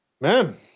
Man